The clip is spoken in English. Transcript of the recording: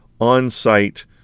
on-site